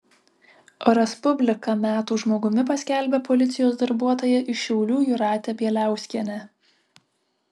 o respublika metų žmogumi paskelbė policijos darbuotoją iš šiaulių jūratę bieliauskienę